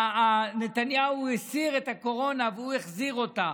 נתניהו הסיר את הקורונה, והוא החזיר אותה.